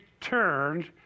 turned